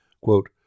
Quote